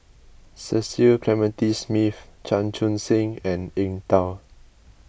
Cecil Clementi Smith Chan Chun Sing and Eng Tow